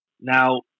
Now